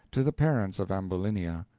to the parents of ambulinia,